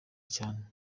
cyane